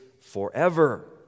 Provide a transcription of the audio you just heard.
forever